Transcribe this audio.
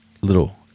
little